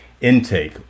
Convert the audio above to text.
intake